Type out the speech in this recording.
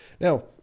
Now